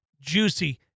juicy